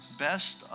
Best